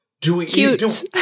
Cute